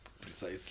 Precisely